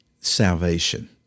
salvation